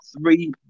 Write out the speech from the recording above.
three